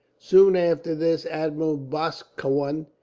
soon after this admiral boscawen,